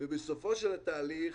בסופו של התהליך